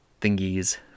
thingies